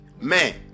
man